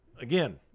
Again